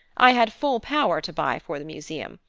i had full power to buy for the museum,